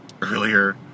earlier